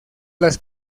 las